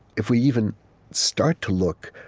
if we even start to look,